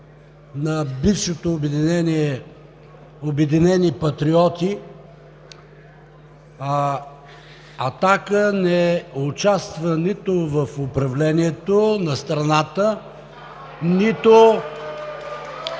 на бившето обединение „Обединени патриоти“, „Атака“ не участва нито в управлението на страната, нито